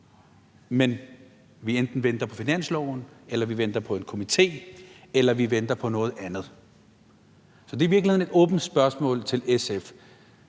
man enten venter på finansloven eller venter på en komité eller venter på noget andet. Så det er i virkeligheden et åbent spørgsmål til SF: